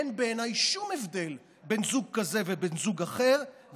אין בעיניי שום הבדל בין זוג כזה ובין זוג אחר,